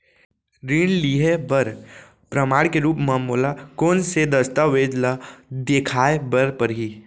ऋण लिहे बर प्रमाण के रूप मा मोला कोन से दस्तावेज ला देखाय बर परही?